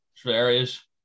various